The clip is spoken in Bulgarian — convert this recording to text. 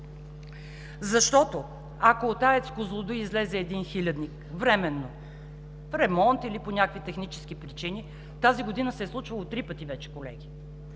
Защото ако от АЕЦ „Козлодуй“ излезе един хилядник временно – в ремонт или по някакви технически причини, тази година се е случвало три пъти вече, колеги,